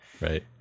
Right